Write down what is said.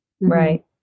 Right